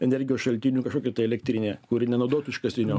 energijos šaltinių kažkokių tai elektrinė kuri nenaudotų iškastinio